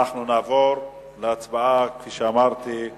כפי שאמרתי,